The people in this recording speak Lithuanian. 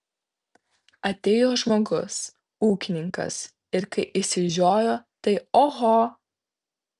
atėjo žmogus ūkininkas ir kai išsižiojo tai oho